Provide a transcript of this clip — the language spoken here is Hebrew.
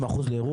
50% לירוחם?